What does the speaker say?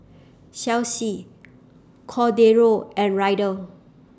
Chelsi Cordero and Ryder